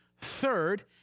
Third